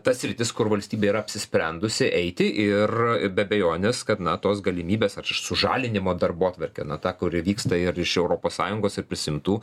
ta sritis kur valstybė yra apsisprendusi eiti ir be abejonės kad na tos galimybės ar sužadinimo darbotvarkę na tą kuri vyksta ir iš europos sąjungos ir prisiimtų